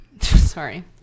sorry